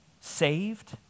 saved